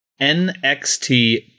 NXT